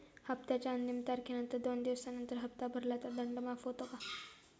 हप्त्याच्या अंतिम तारखेनंतर दोन दिवसानंतर हप्ता भरला तर दंड माफ होतो का?